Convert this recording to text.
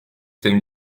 tym